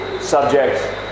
subject